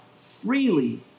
freely